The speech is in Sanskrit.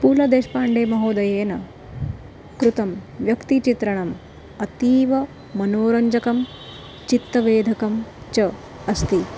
पूलदेश्पाण्डे महोदयेन कृतं व्यक्तिचित्रणम् अतीवमनोरञ्जकं चित्तवेदकं च अस्ति